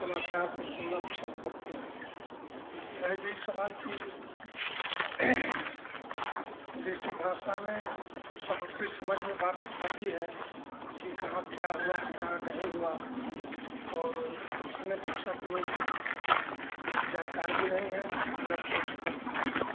समाचार को सुनना पसन्द करते हैं रह गया सवाल कि देशी भाषा में सबकी समझ में बात आती है कि कहाँ क्या हुआ क्या नहीं हुआ और अन्य भाषा के लोग जानकार भी नहीं हैं और न कुछ कर पाते हैं